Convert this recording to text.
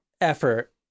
effort